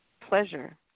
pleasure